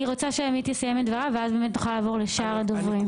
אני רוצה שעמית יסיים את דבריו ואז נעבור לשאר הדוברים.